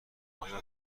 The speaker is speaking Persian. آیا